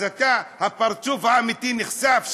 אז אתה הפרצוף האמיתי נחשף.